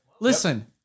Listen